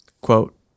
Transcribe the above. quote